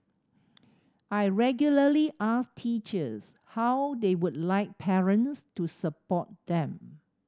I regularly ask teachers how they would like parents to support them